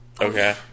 Okay